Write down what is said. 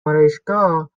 آرایشگاه